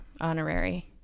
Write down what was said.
honorary